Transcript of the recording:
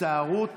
ההסתערות